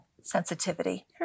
sensitivity